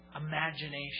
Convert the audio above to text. imagination